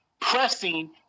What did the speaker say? Pressing